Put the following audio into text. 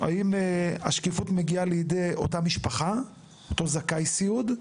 האם השקיפות מגיעה לידי אותה משפחה בתור זכאי סיעוד?